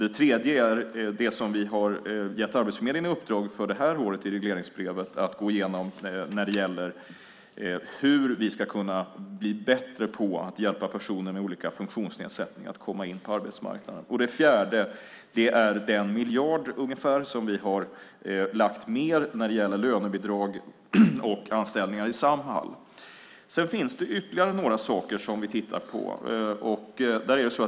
Det tredje är det som vi har gett Arbetsförmedlingen i uppdrag för det här året i regleringsbrevet att gå igenom när det gäller hur vi ska kunna bli bättre på att hjälpa personer med olika former av funktionsnedsättning att komma in på arbetsmarknaden. Det fjärde är den miljard ungefär som vi har lagt mer när det gäller lönebidrag och anställningar i Samhall. Det finns ytterligare några saker som vi tittar på.